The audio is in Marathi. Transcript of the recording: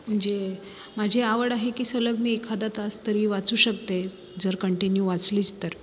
जे माझे आवड आहे की सलग मी एखादा तास तरी वाचू शकते जर कंटिन्यू वाचलीच तर